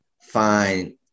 find